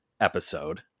episode